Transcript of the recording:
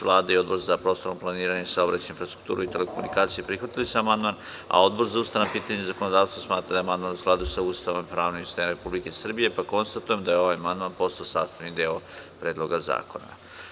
Vlada i Odbor za prostorno planiranje, saobraćaj, infrastrukturu i telekomunikacije prihvatili su amandman, a Odbor za ustavna pitanja i zakonodavstvo smatra da je amandman u skladu sa Ustavom i pravnim sistemom Republike Srbije, pa konstatujem da je ovaj amandman postao sastavni deo Predloga zakona.